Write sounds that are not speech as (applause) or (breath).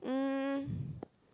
um (breath)